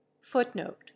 Footnote